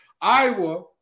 Iowa